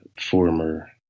former